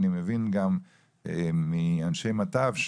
אני מבין גם מאנשי מטב,